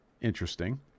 interesting